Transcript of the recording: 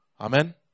Amen